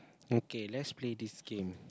okay let's play this game